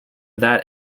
that